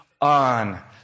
on